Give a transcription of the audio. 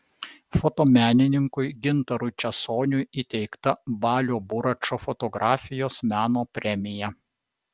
fotomenininkui gintarui česoniui įteikta balio buračo fotografijos meno premija